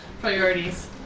Priorities